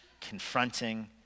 confronting